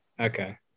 okay